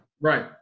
Right